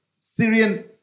Syrian